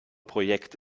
projekt